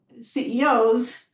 CEOs